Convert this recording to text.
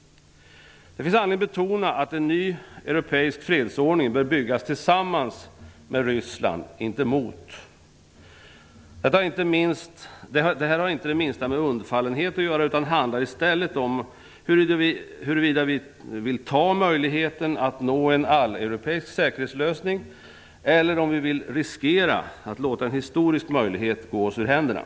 Det finns anledning betona att en ny europeisk fredsordning bör byggas tillsammans med Ryssland - inte mot. Detta har inte det minsta med undfallenhet att göra utan handlar i stället om ifall vi vill ta möjligheten att nå en alleuropeisk säkerhetslösning eller om vi vill riskera att låta en historisk möjlighet gå oss ur händerna.